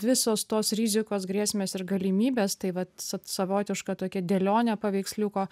visos tos rizikos grėsmės ir galimybės tai vat sa savotiška tokia dėlionė paveiksliuko